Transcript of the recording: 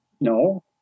No